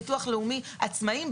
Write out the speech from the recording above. ביטוח לאומי עצמאים,